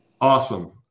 Awesome